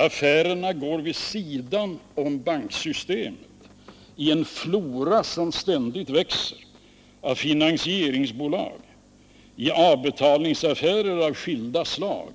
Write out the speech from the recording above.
Affärerna går vid sidan av banksystemet i en ständigt växande flora av finansieringsbolag och avbetalningsaffärer av skilda slag.